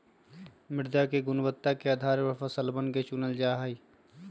मृदा के गुणवत्ता के आधार पर फसलवन के चूनल जा जाहई